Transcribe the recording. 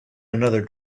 another